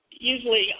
usually